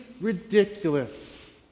ridiculous